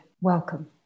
welcome